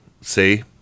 see